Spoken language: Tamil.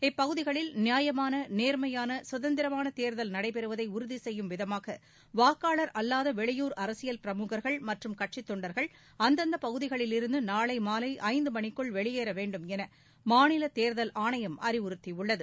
இப்பகுதிகளில் நியாயமான நேர்மையான சுதந்திரமான தேர்தல் நடைபெறுவனத உறுதி செப்யும் விதமாக வாக்காளர் அல்வாத வெளியூர் அரசியல் பிரமுகர்கள் மற்றும் கட்சித் தொண்டர்கள் அந்தந்த பகுதிகளிலிருந்து நாளை மாலை ஐந்து மணிக்குள் வெளியேற வேண்டும் என மாநில தேர்தல் ஆணையம் அறிவுறுத்தியுள்ளது